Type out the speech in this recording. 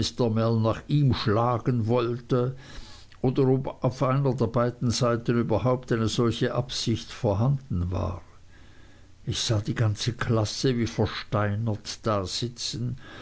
nach ihm schlagen wollte oder ob auf einer der beiden seiten überhaupt eine solche absicht vorhanden war ich sah die ganze klasse wie versteinert dasitzen